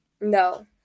No